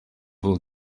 will